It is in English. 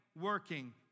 working